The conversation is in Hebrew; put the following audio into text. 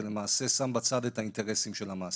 זה למעשה שם בצד את האינטרסים של המעסיק.